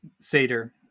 Seder